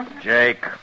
Jake